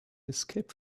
escape